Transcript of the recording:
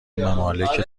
ممالک